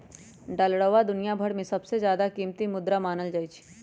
डालरवा दुनिया भर में सबसे ज्यादा कीमती मुद्रा मानल जाहई